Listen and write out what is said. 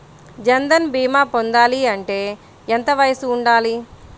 జన్ధన్ భీమా పొందాలి అంటే ఎంత వయసు ఉండాలి?